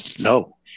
No